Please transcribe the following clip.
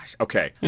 okay